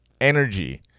energy